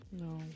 no